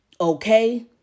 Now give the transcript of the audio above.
Okay